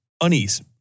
unease